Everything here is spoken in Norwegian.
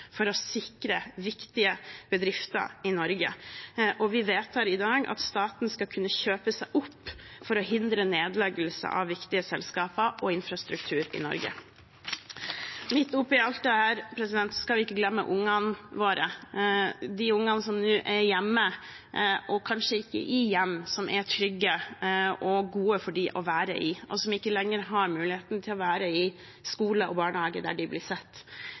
for å sikre viktige bedrifter i Norge, og vi vedtar i dag at staten skal kunne kjøpe opp for å hindre nedleggelse av viktige selskaper og infrastruktur i Norge. Midt oppe i alt dette skal vi ikke glemme ungene våre, de ungene som nå er hjemme og kanskje ikke i hjem som er trygge og gode for dem å være i, og som ikke lenger har muligheten til å være i skole og barnehage, der de blir sett.